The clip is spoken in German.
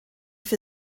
für